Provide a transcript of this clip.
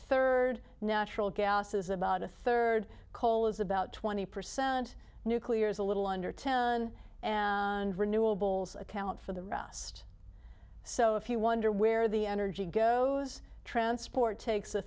third natural gas is about a third coal is about twenty percent nuclear is a little under ten and renewables account for the rest so if you wonder where the energy goes transport takes